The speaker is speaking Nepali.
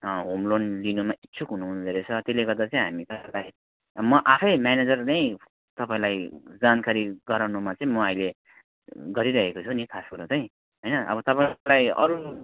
होम लोन लिनुमा इच्छुक हुनुहुँदो रहेछ त्यसले गर्दा चाहिँ हामी तपाईँलाई म आफै म्यानेजर नै तपाईँलाई जानकारी गराउनुमा चाहिँ म अहिले गरिरहेको छु नि खास कुरो चाहिँ हैन अब तपाईँलाई अरू